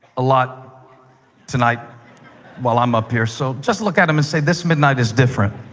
a lot tonight while i'm up here, so just look at them and say, this midnight is different.